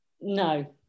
No